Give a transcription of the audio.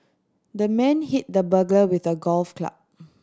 the man hit the burglar with a golf club